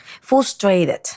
frustrated